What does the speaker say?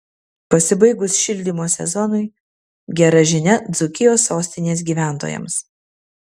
pasibaigus šildymo sezonui gera žinia dzūkijos sostinės gyventojams